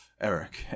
Eric